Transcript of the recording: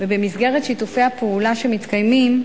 במסגרת שיתופי הפעולה שמתקיימים,